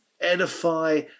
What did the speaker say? Edify